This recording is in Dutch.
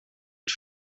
het